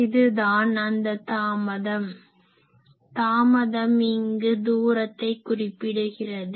இதுதான் அந்த தாமதம் சுணக்கம் தாமதம் இங்கு தூரத்தை குறிப்பிடுகிறது